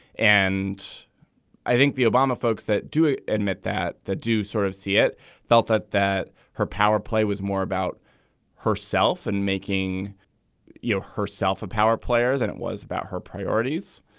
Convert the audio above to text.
and i think the obama folks that do admit that they do sort of see it felt that that her power play was more about herself and making you know herself a power player than it was about her priorities.